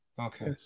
Okay